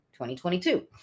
2022